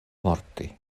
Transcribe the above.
morti